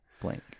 blank